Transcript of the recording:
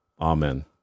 Amen